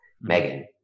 Megan